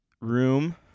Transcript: room